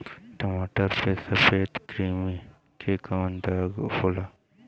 टमाटर पे सफेद क्रीमी के कवन दवा होला?